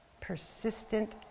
persistent